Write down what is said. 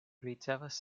ricevas